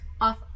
off